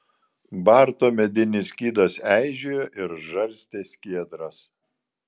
barto medinis skydas eižėjo ir žarstė skiedras